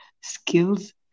skills